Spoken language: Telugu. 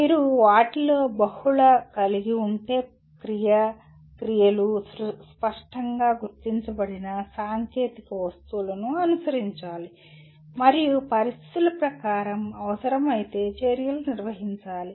మీరు వాటిలో బహుళ కలిగి ఉండే క్రియ క్రియలు స్పష్టంగా గుర్తించబడిన సాంకేతిక వస్తువులను అనుసరించాలి మరియు పరిస్థితుల ప్రకారం అవసరమైతే చర్యలను నిర్వహించాలి